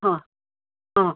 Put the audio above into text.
હ હ